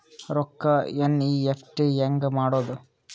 ರೊಕ್ಕ ಎನ್.ಇ.ಎಫ್.ಟಿ ಹ್ಯಾಂಗ್ ಮಾಡುವುದು?